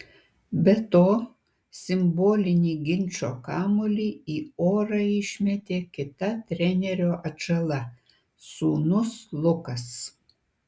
be to simbolinį ginčo kamuolį į orą išmetė kita trenerio atžala sūnus lukas